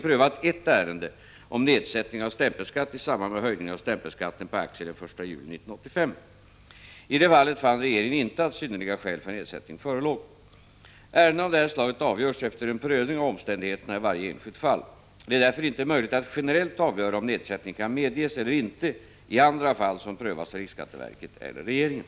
S december 1985 Hittills har regeringen prövat ett ärende om nedsättning av stämpelskatt i samband med höjningen av stämpelskatten på aktier den 1 juli 1985. I det fallet fann regeringen inte att synnerliga skäl för nedsättning förelåg. Ärenden av detta slag avgörs efter en prövning av omständigheterna i varje enskilt fall. Det är därför inte möjligt att generellt avgöra om nedsättning kan medges eller inte i andra fall som prövas av riksskatteverket eller regeringen.